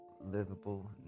livable